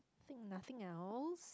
think nothing else